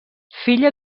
filla